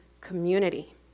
community